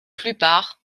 plupart